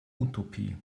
utopie